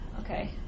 Okay